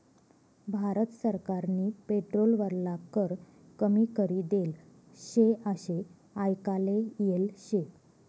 भारत सरकारनी पेट्रोल वरला कर कमी करी देल शे आशे आयकाले येल शे